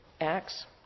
Acts